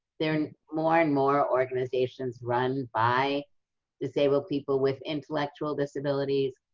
there are more and more organizations run by disabled people with intellectual disabilities,